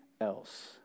else